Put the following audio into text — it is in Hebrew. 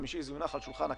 חמישי זה יונח על שולחן הכנסת.